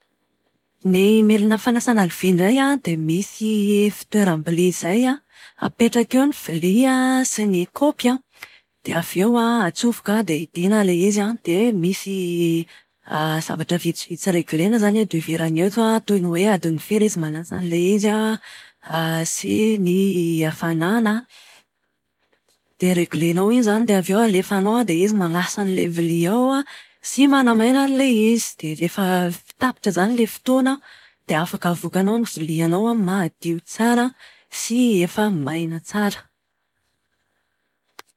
Ny milina fanasana lovia dia misy fitoeram-bilia izay an, apetraka eo ny vilia sy ny kaopy an, dia avy eo an, atsofoka an, dia idiana ilay izy an. Dia misy zavatra vitsivitsy regle-na izany eto ivelany eto toy ny hoe adiny firy izy manasa an'ilay izy an, sy ny hafanàna. Dia regle-nao iny izany dia avy eo alefanao an, dia izy manasa an'ilay vilia ao sy manamaina an'ilay izy. Dia rehefa avy tapitra izany ilay fotoana an, dia afaka avoakanao ny vilianao madio tsara sy efa maina tsara.